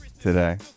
today